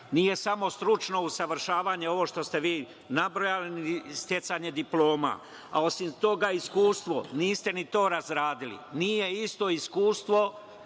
nije samo stručno usavršavanje, ovo što ste vi nabrojali, i sticanje diploma. Osim toga, iskustvo, niste ni to razradili. Nije isto iskustvo